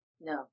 No